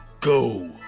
Go